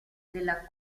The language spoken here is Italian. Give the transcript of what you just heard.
della